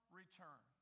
return